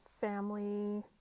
family